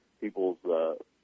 people's